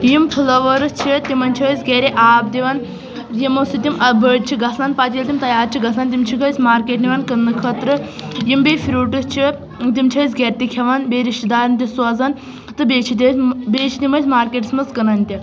یِم فٕلَوٲرٕس چھِ تِمَن چھِ أسۍ گھرِ آب دِوان یِمو سۭتۍ یِم اَکھ بٔڑۍ چھِ گژھان پتہٕ ییٚلہِ تِم تیار چھِ گژھان تِم چھِکھ أسۍ مارکیٚٹ نِوان کٕننہٕ خٲطرٕ یِم بیٚیہِ فرٛوٗٹٕس چھِ تِم چھِ أسۍ گھرِ تہِ کھیٚوان بیٚیہِ رِشتہٕ دارَن تہِ سوزان تہٕ بیٚیہِ چھِ تہِ أسۍ بیٚیہِ چھِ تِم أسۍ مارکیٚٹَس منٛز کٕنان تہِ